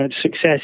success